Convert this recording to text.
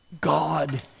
God